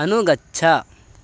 अनुगच्छ